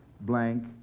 blank